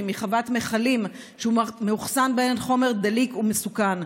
מחוות מכלים שמאוחסן בהם חומר דליק ומסוכן,